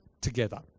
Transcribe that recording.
together